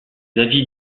avis